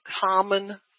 common